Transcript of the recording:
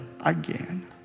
again